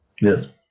yes